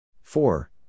Four